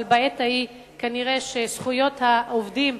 אבל בעת ההיא כנראה זכויות העובדים